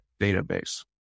database